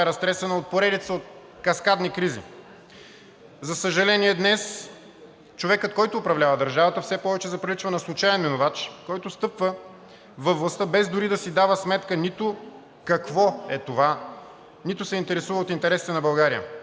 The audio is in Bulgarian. поредица от каскадни кризи. За съжаление, днес човекът, който управлява държавата, все повече заприличва на случаен минувач, който стъпва във властта, без дори да си дава сметка нито какво е това, нито се интересува от интересите на България.